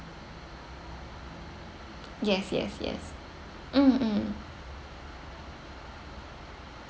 yes yes yes mm mm